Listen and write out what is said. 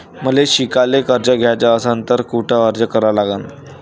मले शिकायले कर्ज घ्याच असन तर कुठ अर्ज करा लागन?